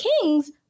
kings